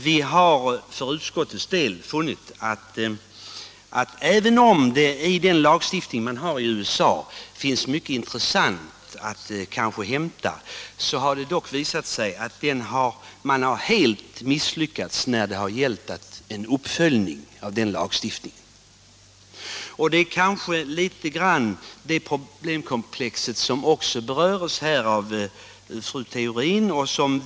Vi har i utskottet funnit att även om det finns mycket intressant att hämta från den lagstiftning som finns i USA har det dock visat sig att man där helt har misslyckats när det gällt uppföljningen av lagstiftningen. Det var kanske litet av det problemet som fru Theorin berörde.